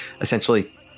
essentially